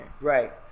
Right